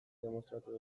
demostratu